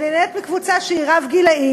אני נהנית מקבוצה שהיא רב-גילית,